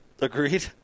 Agreed